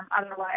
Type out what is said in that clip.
otherwise